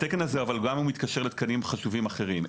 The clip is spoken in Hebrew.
התקן הזה מתקשר לתקנים חשובים אחרים.